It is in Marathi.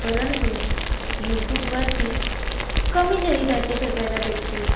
पर यूटूबवरती कमी जाहिराती बघायला भेटतील